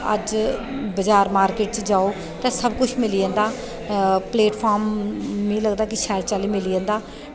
अज्ज बाजार मार्किट च जाओ ते सबकुछ मिली जंदा प्लोटफार्म मिगी लगदा कि शैल चाल्ली मिली जंदा